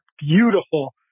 beautiful